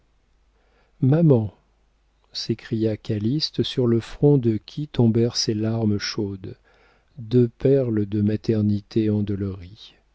maman s'écria calyste sur le front de qui tombèrent ces larmes chaudes deux perles de maternité